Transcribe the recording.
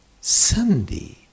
Sunday